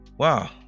Wow